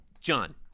john